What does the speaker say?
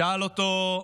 שאל אותו: